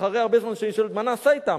אחרי הרבה זמן שאני שואל: מה נעשה אתם?